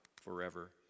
forever